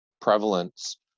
prevalence